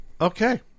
okay